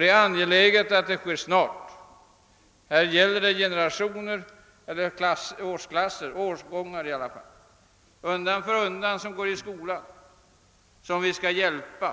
Det är angeläget att detta sker snart. Här gäller det undan för undan olika årgångar i skolan som vi måste kunna hjälpa